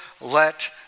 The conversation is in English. let